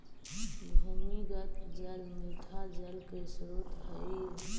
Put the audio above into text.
भूमिगत जल मीठा जल के स्रोत हई